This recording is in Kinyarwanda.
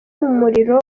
umuriro